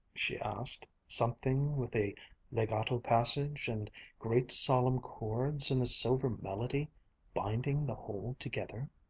she asked, something with a legato passage and great solemn chords, and a silver melody binding the whole together?